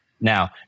Now